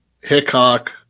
hickok